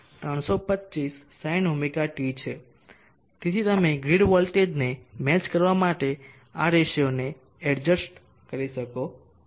તેથી તમે ગ્રીડ વોલ્ટેજને મેચ કરવા માટે આ રેશિયોને એડજસ્ટ કરી શકો છો